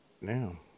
now